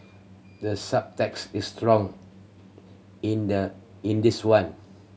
the subtext is strong in the in this one